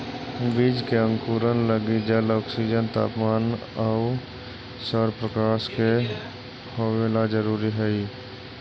बीज के अंकुरण लगी जल, ऑक्सीजन, तापमान आउ सौरप्रकाश के होवेला जरूरी हइ